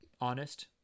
honest